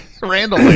Randall